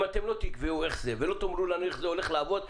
אם אתם לא תקבעו איך זה ולא תאמרו לנו איך זה הולך לעבוד,